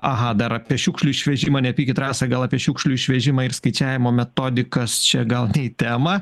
dar apie šiukšlių išvežimą nepykit rasa gal apie šiukšlių išvežimą ir skaičiavimo metodikas čia gal ne į temą